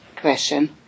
question